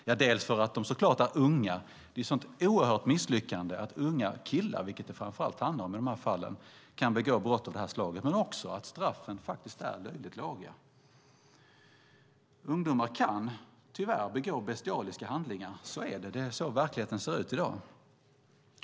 Dels handlar det om att de är så unga. Det är ett sådant oerhört misslyckande att unga killar, vilket det framför allt handlar om i dessa fall, kan begå brott av det slaget. Dels handlar det om att straffen faktiskt är löjligt låga. Ungdomar kan tyvärr begå bestialiska handlingar. Så är det. Det är så verkligheten ser ut i dag.